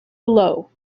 below